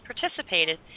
participated